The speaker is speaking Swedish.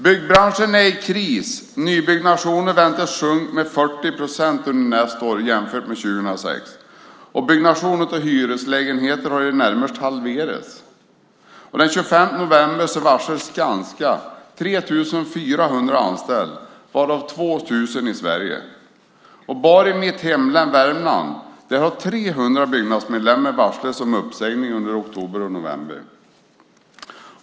Byggbranschen är i kris. Nybyggnationerna väntas minska med 40 procent under nästa år jämfört med 2006, och byggnationen av hyreslägenheter har i det närmaste halverats. Den 25 november varslade Skanska 3 400 anställda, varav 2 000 i Sverige. Bara i mitt hemlän Värmland har 300 Byggnadsmedlemmar varslats om uppsägning under oktober och november.